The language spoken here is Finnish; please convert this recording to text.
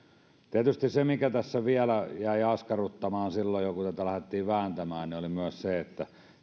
tietysti mikä tässä vielä jäi askarruttamaan silloin jo kun tätä lähdettiin vääntämään oli myös se että